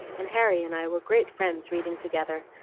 and harry and i were great friends reading together,